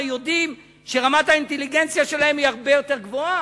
הרי יודעים שרמת האינטליגנציה שלהם היא הרבה יותר גבוהה.